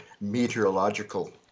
meteorological